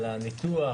על הניתוח,